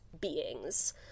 beings